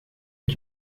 est